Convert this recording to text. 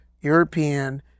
European